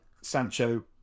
Sancho